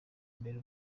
imbere